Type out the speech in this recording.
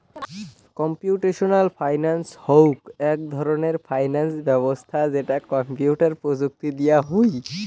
computational finance হউক এক ধরণের ফিনান্স ব্যবছস্থা যেটা কম্পিউটার প্রযুক্তি দিয়া হুই